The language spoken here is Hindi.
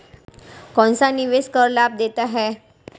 कौनसा निवेश कर लाभ देता है?